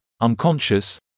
unconscious